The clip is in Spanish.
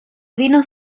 vinos